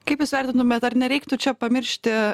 kaip jūs vertintumėt ar nereiktų čia pamiršti